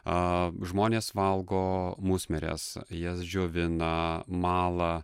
a žmonės valgo musmires jas džiovina mala